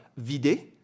Vider